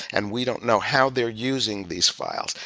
and we don't know how they're using these files,